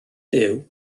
byw